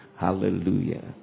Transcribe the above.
hallelujah